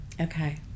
Okay